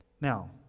Now